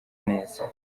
neza